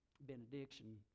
benediction